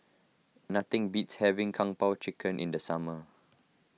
nothing beats having Kung Po Chicken in the summer